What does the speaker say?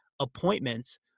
appointments